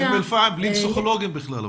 אבל באום אל-פאחם בלי פסיכולוגים בכלל.